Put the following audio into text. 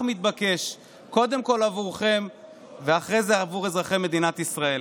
מתבקש קודם כול עבורכם ואחר כך עבור אזרחי מדינת ישראל.